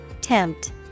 Tempt